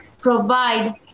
provide